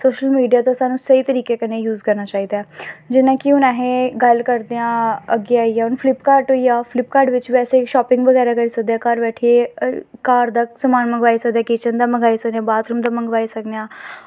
social media गी सानूं स्हेई तरीके कन्नै यूस करना चाहिदा ऐ जि'यां कि हून अस गल्ल करदे आं अग्गें आई गेआ फलिपकार्ट होई गेआ फलिपकार्ट बिच्च बी अस शॉपिंग करी सकदे आं घर बैठिये घर दा समान मंगवाई सकने किचन दा मंगवाई सकने बाथरूम दा मंगवाई सकने आं